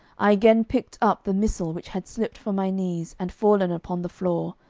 i again picked up the missal which had slipped from my knees and fallen upon the floor,